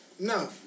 No